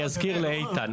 אזכיר לאיתן.